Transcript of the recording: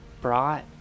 brought